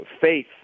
faith